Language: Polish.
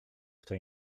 kto